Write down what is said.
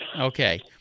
Okay